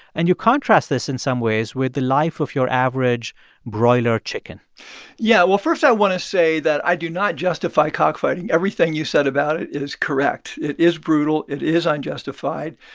and you contrast this, in some ways, with the life of your average broiler chicken yeah. well, first i want to say that i do not justify cockfighting. everything you said about it it is correct. it is brutal. it is unjustified.